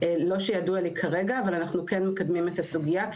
לא שידוע לי כרגע אבל אנחנו כן מקדמים את הסוגיה.